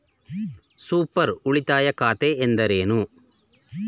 Super ಉಳಿತಾಯ ಖಾತೆ ಎಂದರೇನು?